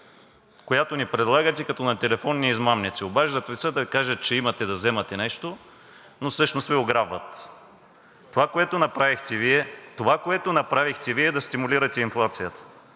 която ни предлагате като на телефонни измамници – обаждат Ви се да кажат, че имате да вземате нещо, но всъщност Ви ограбват. Това, което направихте Вие, е да стимулирате инфлацията.